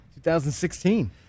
2016